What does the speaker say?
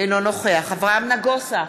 אינו נוכח אברהם נגוסה,